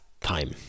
time